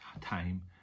time